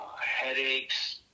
headaches